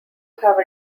have